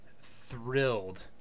thrilled